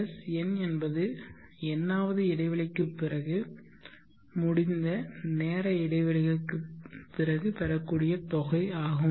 Sn என்பது n வது இடைவெளிக்குப் பிறகு முடிந்த நேர இடைவெளிகளுக்குப் பிறகு பெறக்கூடிய தொகை ஆகும்